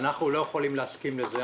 אנחנו לא יכולים להסכים לזה.